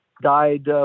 died